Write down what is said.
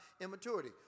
immaturity